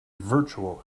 virtual